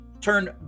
turn